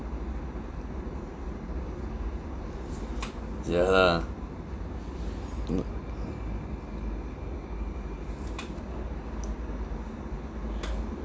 ya lah mm